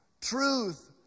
Truth